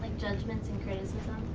judgments and criticism,